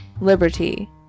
liberty